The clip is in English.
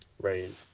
Right